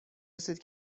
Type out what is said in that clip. رسید